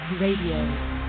Radio